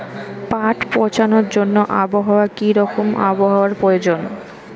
পাট পচানোর জন্য আবহাওয়া কী রকম হওয়ার প্রয়োজন?